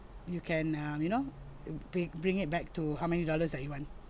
you can uh you know bri~ bring it back to how many dollars that you want